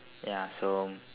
ya so